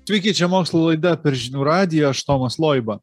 sveiki čia mokslo laida per žinių radiją aš tomas loiba